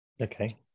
okay